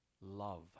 love